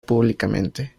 públicamente